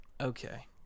okay